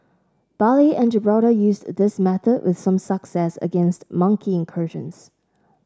Bali and Gibraltar used this method with some success against monkey incursions